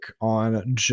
on